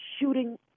shooting